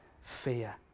fear